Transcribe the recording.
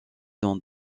dans